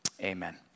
amen